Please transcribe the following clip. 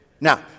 Now